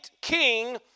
king